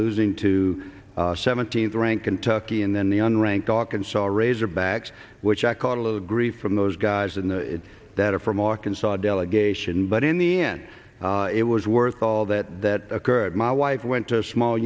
losing to seventeenth rank kentucky and then the un ranked arkansas razorbacks which i caught a little grief from those guys and that are from arkansas delegation but in the end it was worth all that that occurred my wife went to a small